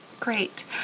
Great